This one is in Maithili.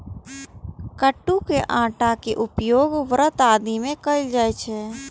कट्टू के आटा के उपयोग व्रत आदि मे कैल जाइ छै